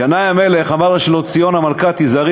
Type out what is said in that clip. ינאי המלך אמר לשלומציון המלכה: תיזהרי